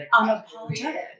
Unapologetic